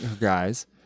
guys